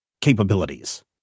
capabilities